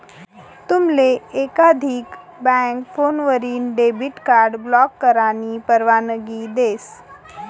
तुमले एकाधिक बँक फोनवरीन डेबिट कार्ड ब्लॉक करानी परवानगी देस